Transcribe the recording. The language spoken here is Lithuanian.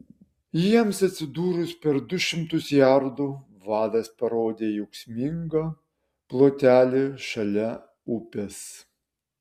jiems atsidūrus per du šimtus jardų vadas parodė į ūksmingą plotelį šalia upės